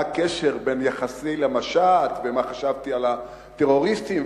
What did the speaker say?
מה הקשר בין יחסי למשט ומה חשבתי על הטרוריסטים,